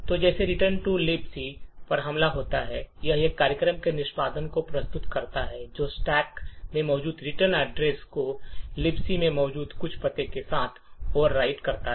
तो जैसे return to libc पर हमला होता है यह एक कार्यक्रम के निष्पादन को प्रस्तुत करता है जो स्टैक में मौजूद रिटर्न एड्रेस को लिबक में मौजूद कुछ पते के साथ ओवरराइट करता है